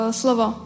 slovo